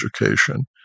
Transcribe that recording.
education